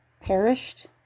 perished